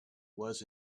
was